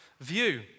view